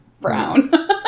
brown